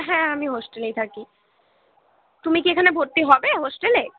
হ্যাঁ আমি হোস্টেলেই থাকি তুমি কি এখানে ভর্তি হবে হোস্টেলে